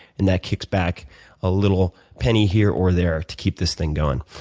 and that kicks back a little penny here or there to keep this thing going.